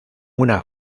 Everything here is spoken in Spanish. una